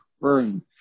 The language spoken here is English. burn